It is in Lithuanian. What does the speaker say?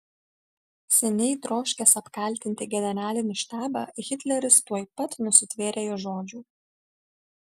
seniai troškęs apkaltinti generalinį štabą hitleris tuoj pat nusitvėrė jo žodžių